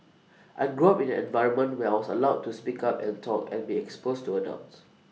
I grew up in an environment where I was allowed to speak up and talk and be exposed to adults